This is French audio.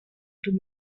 dans